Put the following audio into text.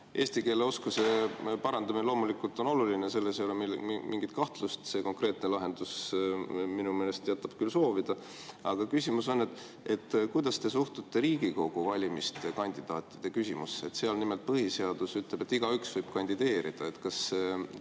Eesti keele oskuse parandamine loomulikult on oluline, selles ei ole mingit kahtlust. See konkreetne lahendus minu meelest jätab siiski soovida. Aga küsimus on, kuidas te suhtute Riigikogu valimiste kandidaatide küsimusse. Põhiseadus nimelt ütleb, et igaüks võib kandideerida. Kas